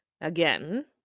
Again